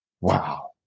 Wow